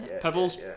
Pebbles